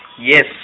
Yes